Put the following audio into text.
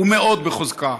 ומאוד בחוזקה.